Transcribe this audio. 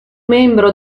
membro